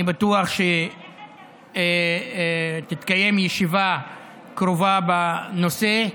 אני בטוח שתתקיים ישיבה קרובה בנושא.